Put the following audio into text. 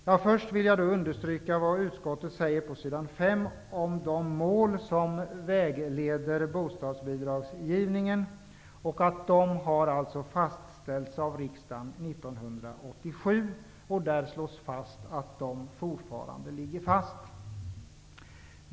Jag vill först understryka vad utskottet säger på s. 5 Dessa har alltså fastställts av riksdagen 1987, och utskottet slår i betänkandet fast att dessa mål fortfarande skall gälla.